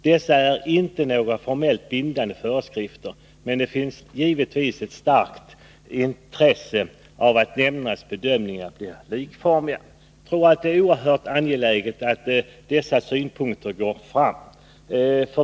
Dessa är inte några formellt bindande föreskrifter, men som jag redan sagt finns det givetvis ett starkt intresse av att nämndernas bedömningar blir likformiga.” Jag anser att det är oerhört angeläget att dessa synpunkter går fram.